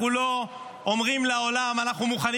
אנחנו לא אומרים לעולם שאנחנו מוכנים